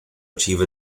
achieve